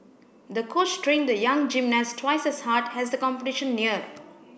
the coach trained the young gymnast twice as hard as the competition neared